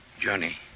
Johnny